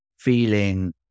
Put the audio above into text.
feeling